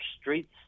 streets